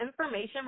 information